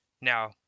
now